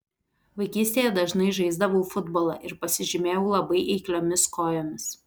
vaikystėje dažnai žaisdavau futbolą ir pasižymėjau labai eikliomis kojomis